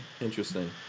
interesting